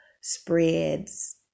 spreads